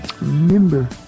Remember